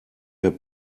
der